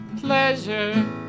Pleasure